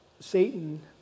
Satan